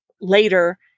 later